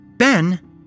Ben